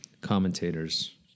commentators